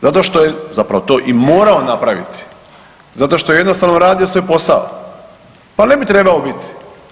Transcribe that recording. Zato što je, zapravo je to i morao napraviti, zato što je jednostavno radio svoj posao, pa ne bi trebao biti.